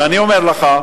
ואני אומר לך,